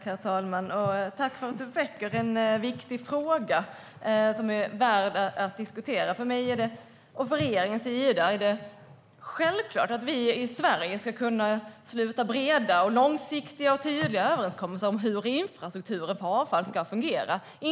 Herr talman! Jag vill tacka Gunilla Nordgren för att hon väcker en viktig fråga som är värd att diskutera. För mig och regeringen är det självklart att vi i Sverige ska kunna sluta breda, långsiktiga och tydliga överenskommelser om hur infrastrukturen för avfall ska fungera.